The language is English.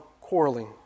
quarreling